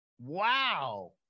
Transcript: Wow